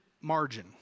margin